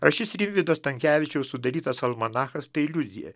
ar šis rimvydo stankevičiaus sudarytas almanachas tai liudija